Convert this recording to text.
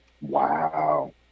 Wow